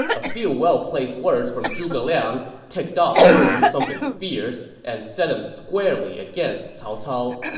a few well-placed words from zhuge liang ticked off zhou yu something fierce and set him squarely against cao cao.